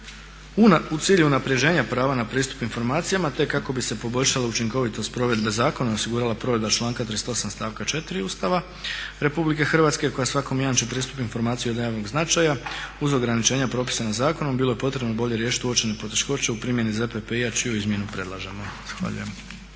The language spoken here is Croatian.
U cilju unapređenja prava na pristup informacijama te kako bi se poboljšala učinkovitost provedbe zakona i osigurala provedba članka 38. stavka 4. Ustava RH koja svakom jamči pristup informacijama od javnog značaja uz ograničenja propisana zakonom bilo je potrebno bolje riješiti uočene poteškoće u primjeni ZPPI-a čiju izmjenu predlažemo.